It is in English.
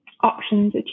options